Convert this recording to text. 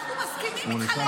אנחנו מסכימים איתך.